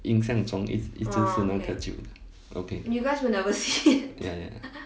印象总是那个旧的 okay ya ya ya